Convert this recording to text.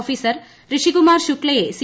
officer Rishikumar ശുക്സയെ C